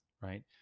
right